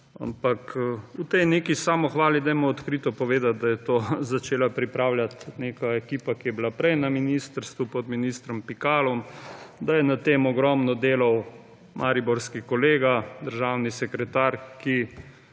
ampak v tej neki samohvali dajmo odkrito povedati, da je to začela pripravljati ekipa, ki je bila prej na ministrstvu pod ministrom Pikalom, da je na tem ogromno delal mariborski kolega državni sekretar, ki